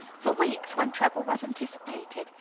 for weeks, when trouble was anticipated,